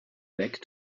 back